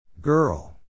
Girl